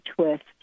twist